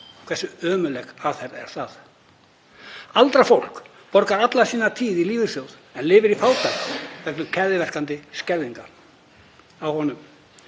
Hversu ömurleg aðferð er það? Aldrað fólk borgar alla sína tíð í lífeyrissjóð en lifir í fátækt vegna keðjuverkandi skerðinga á honum.